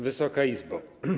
Wysoka Izbo!